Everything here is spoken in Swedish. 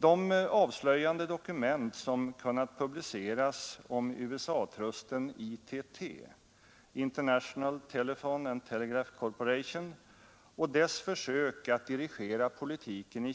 De avslöjande dokument som kunnat publiceras om USA-trusten ITT och dess försök att dirigera politiken